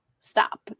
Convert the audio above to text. stop